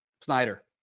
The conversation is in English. Snyder